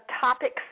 topics